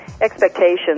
expectations